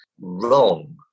wrong